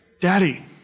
Daddy